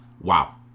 Wow